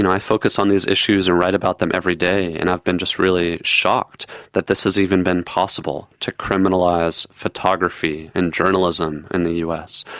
and i focus on these issues and write about them every day and i've been just really shocked that this has even been possible, to criminalise photography and journalism in the us.